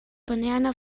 banana